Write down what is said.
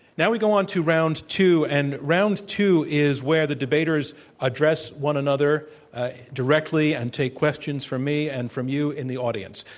now we go on to round two. and round two is where the debaters address one another directly and take questions from me and from you in the audience.